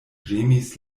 ĝemis